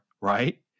right